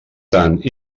tant